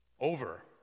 over